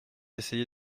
essayer